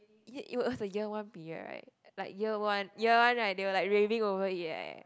ya it was a year one period right like year one year one right they were like raving over it leh